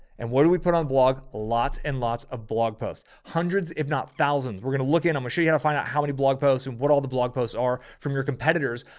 and what do we put on blog? lots and lots of blog posts. hundreds, if not thousands, we're going to look at, i'm gonna show you how to find out how many blog posts and what all the blog posts are from your competitors.